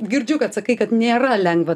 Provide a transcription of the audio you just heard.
girdžiu kad sakai kad nėra lengva